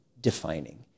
defining